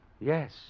Yes